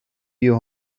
you